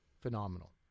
phenomenal